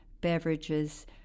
beverages